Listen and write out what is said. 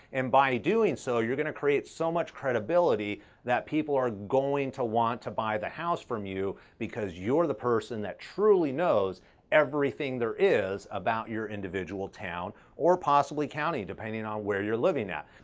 and by doing so, you're gonna create so much credibility that people are going to want to buy the house from you because you're the person that truly knows everything there is about your individual town, or possibly county, depending on where you're living at.